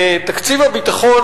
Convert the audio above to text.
תקציב הביטחון,